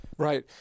Right